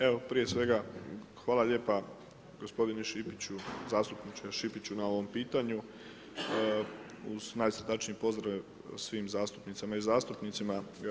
Evo prije svega hvala lijepa gospodine Šipiću, zastupniče Šipiću na ovom pitanju uz najsrdačnije pozdrave svim zastupnicama i zastupnicima.